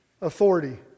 authority